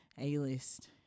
A-list